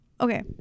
okay